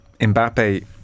Mbappe